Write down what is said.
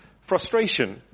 frustration